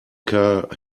car